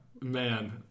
man